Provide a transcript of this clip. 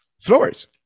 floors